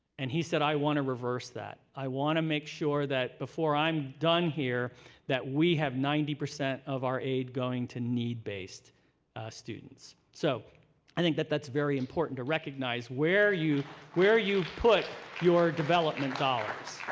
and he said, i want to reverse that. i want to make sure that before i'm done here that we have ninety percent of our aid going to need-based students. so i think that's very important to recognize where you where you put your development dollars.